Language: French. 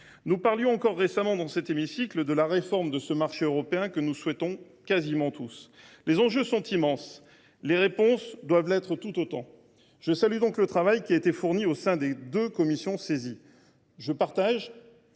nous évoquions encore récemment dans cet hémicycle sa réforme, que nous souhaitons quasiment tous. Les enjeux sont immenses ; les réponses doivent l’être tout autant. Je salue donc le travail qui a été fourni au sein des deux commissions saisies. En